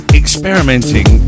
experimenting